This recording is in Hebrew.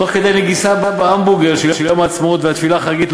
תוך כדי נגיסה בהמבורגר של יום העצמאות והתפילה החגיגית,